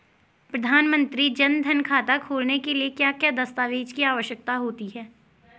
प्रधानमंत्री जन धन खाता खोलने के लिए क्या क्या दस्तावेज़ की आवश्यकता होती है?